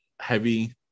heavy